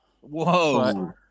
Whoa